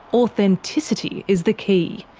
authenticity is the key.